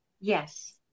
Yes